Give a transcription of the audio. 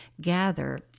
gather